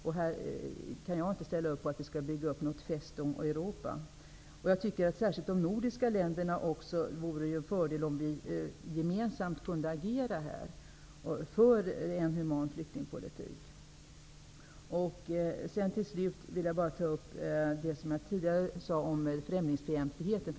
Jag kan inte ställa upp på att vi skall bygga upp ett slags ''Festung Europa''. Det vore en fördel om de nordiska länderna kunde agera gemensamt för en human flyktingpolitik. Till slut vill jag ta upp vad jag tidigare sade om främlingsfientlighet.